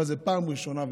אבל זאת פעם ראשונה ואחרונה,